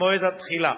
ממועד התחילה.